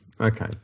okay